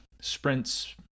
sprints